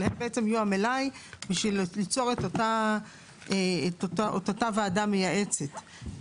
אבל בעצם יהיו המלאי בשביל ליצור את אותה ועדה מייעצת.